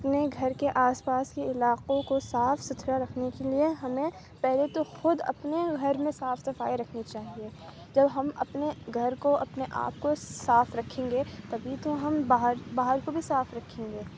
اپنے گھر کے آس پاس کے علاقوں کو صاف ستھرا رکھنے کے لیے ہمیں پہلے تو خود اپنے گھر میں صاف صفائی رکھنی چاہیے جب ہم اپنے گھر کو اپنے آپ کو صاف رکھیں گے تبھی تو ہم باہر باہر کو بھی صاف رکھیں گے